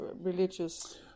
religious